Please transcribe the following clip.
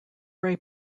ray